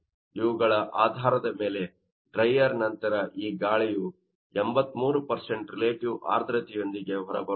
ಇವುಗಳ ಆಧಾರದ ಮೇಲೆ ಡ್ರೈಯರ್ ನಂತರ ಈ ಗಾಳಿಯು 83 ರಿಲೇಟಿವ್ ಆರ್ದ್ರತೆಯೊಂದಿಗೆ ಹೊರಬರುತ್ತದೆ